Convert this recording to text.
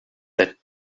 that